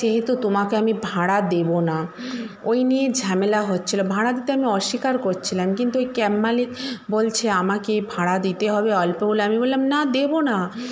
সেহেতু তোমাকে আমি ভাড়া দেবো না ওই নিয়ে ঝামেলা হচ্ছিলো ভাড়া দিতে আমি অস্বীকার করছিলাম কিন্তু ওই ক্যাব মালিক বলছে আমাকে ভাড়া দিতে হবে অল্প হলেও আমি বললাম না দেবো না